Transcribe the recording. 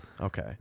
Okay